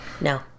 No